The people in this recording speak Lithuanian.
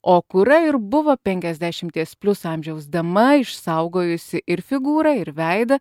okura ir buvo penkiasdešimties plius amžiaus dama išsaugojusi ir figūrą ir veidą